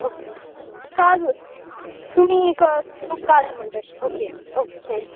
okay काज तुमी काज म्हणटा अशें ओके ओके